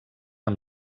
amb